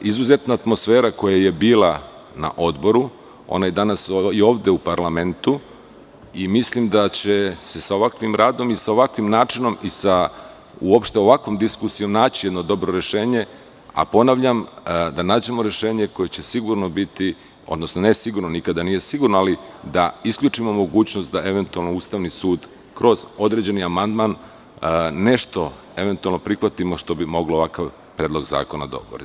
Izuzetna atmosfera koja je bila na odboru, ona je i danas ovde u parlamentu, i mislim da će se sa ovakvim radom i sa ovakvim načinom, i sa uopšte ovakvom diskusijom naći jedno dobro rešenje, a ponavljam, da nađemo rešenje koje će sigurno biti, odnosno ne sigurno, nikada nije sigurno, ali da isključimo mogućnost da eventualno Ustavni sud, kroz određeni amandman nešto što eventualno prihvatimo, što bi moglo ovakav predlog zakona da obori.